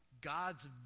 God's